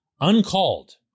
uncalled